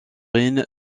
rhin